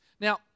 Now